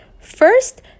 First